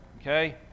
Okay